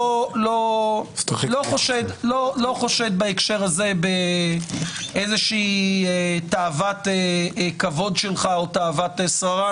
חושד בהקשר הזה באיזושהי תאוות כבוד שלך או תאוות שררה.